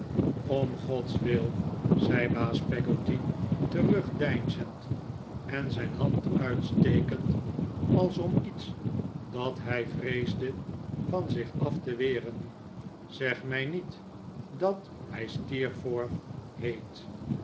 om gods wil zei baas peggotty terugdeinzend en zijn hand uitstekend als om iets dat hij vreesde van zich af te weren zeg mij niet dat hij steerforth heet